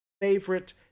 favorite